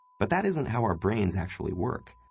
but that isn't how our brains actually work.